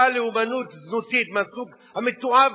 לאמנות זנותית מהסוג המתועב ביותר.